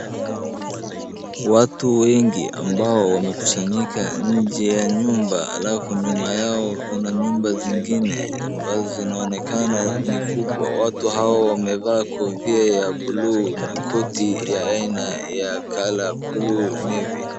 Watu wengi ambao wamekusanyika nje ya nyumba alafu nyuma yao kuna nyumba zingine ambazo zinaonekana ni kubwa. Watu hao wamevaa kofia ya buluu na koti ya aina ya color ya buluu navy .